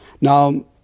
now